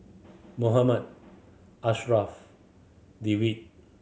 Muhammad Ashraff Dewi